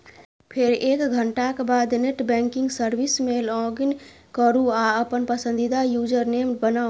फेर एक घंटाक बाद नेट बैंकिंग सर्विस मे लॉगइन करू आ अपन पसंदीदा यूजरनेम बनाउ